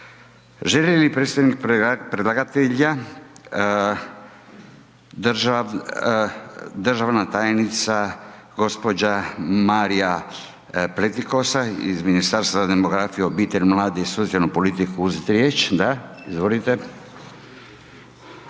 Želi li predstavnik predlagatelja državna tajnica gospođa Marija Pletikosa iz Ministarstva demografije, obitelj, mladih i socijalnu politiku uzeti riječ? Da. Izvolite.